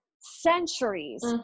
centuries